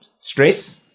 Stress